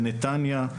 בנתניה,